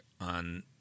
on